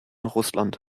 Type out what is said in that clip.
russland